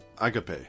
agape